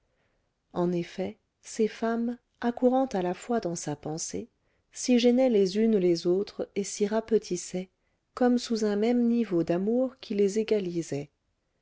en effet ces femmes accourant à la fois dans sa pensée s'y gênaient les unes les autres et s'y rapetissaient comme sous un même niveau d'amour qui les égalisait